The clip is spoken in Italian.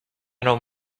non